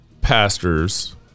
pastors